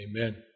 Amen